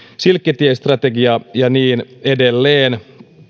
silkkitie strategia ja niin edelleen